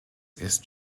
ist